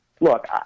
Look